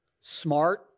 smart